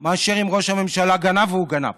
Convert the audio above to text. מאשר אם ראש הממשלה גנב, והוא גנב,